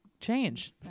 change